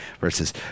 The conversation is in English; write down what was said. versus